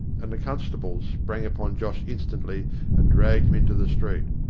and the constables sprang upon josh instantly and dragged him into the street.